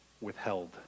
withheld